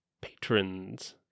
Patrons